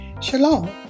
Shalom